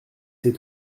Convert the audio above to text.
c’est